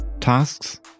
Tasks